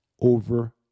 over